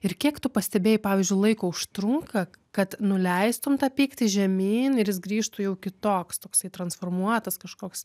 ir kiek tu pastebėjai pavyzdžiui laiko užtrunka kad nuleistum tą pyktį žemyn ir jis grįžtų jau kitoks toksai transformuotas kažkoks